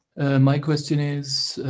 my question is